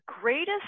greatest